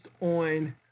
on